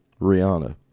Rihanna